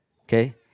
okay